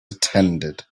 attended